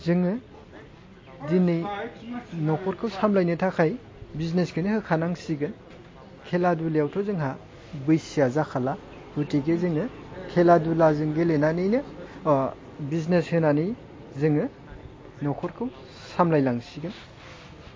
जोङो दिनै न'खरखौ सामलायनो थाखाय बिजनेसखोनो होखानांसिगोन खेला दुलायावथ' जोंहा बैसोआ जाखाला गुतिके जोङो खेला दुला जों गेलेनानै बिजनेस होनानै जोङो न'खरखौ सामलायलांसिगोन